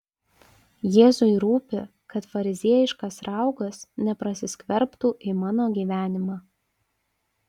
jėzui rūpi kad fariziejiškas raugas neprasiskverbtų į mano gyvenimą